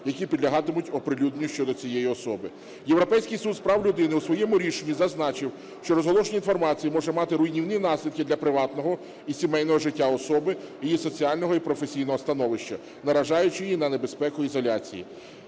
які підлягатимуть оприлюдненню щодо цієї особи. Європейський суд з прав людини у своєму рішенні зазначив, що розголошення інформації може мати руйнівні наслідки для приватного і сімейного життя особи, її соціального і професійного становища, наражаючи її на небезпеку ізоляції.